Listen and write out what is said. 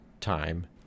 time